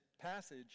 passage